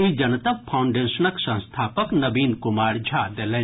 ई जनतब फाउंडेशनक संस्थापक नवीन कुमार झा देलनि